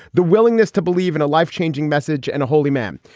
the willingness to believe in a life changing message and a holy man.